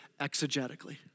exegetically